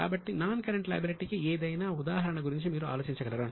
కాబట్టి non current లయబిలిటీకి ఏదైనా ఉదాహరణ గురించి మీరు ఆలోచించగలరా